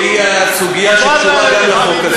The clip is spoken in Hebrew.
שהיא הסוגיה שקשורה גם לחוק הזה.